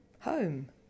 Home